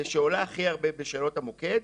ושעולה הכי הרבה בשאלות המוקד.